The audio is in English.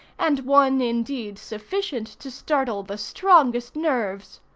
and one indeed sufficient to startle the strongest nerves.